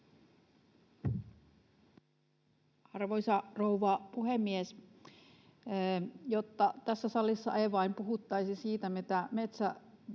Arvoisa rouva puhemies! Jotta tässä salissa ei vain puhuttaisi siitä, mitä